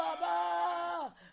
baba